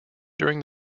during